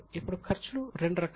ఇప్పుడు ఖర్చులు కూడా రెండు రకాలు